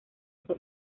hacia